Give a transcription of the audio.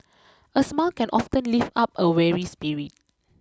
a smile can often lift up a weary spirit